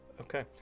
Okay